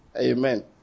Amen